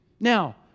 Now